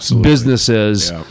businesses